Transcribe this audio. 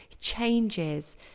changes